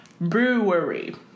Brewery